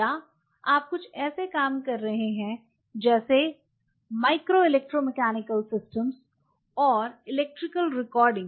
या आप कुछ ऐसे काम कर रहे हैं जैसे माइक्रो इलेक्ट्रो मैकेनिकल सिस्टम और इलेक्ट्रिकल रिकॉर्डिंग